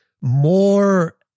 more